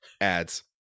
Ads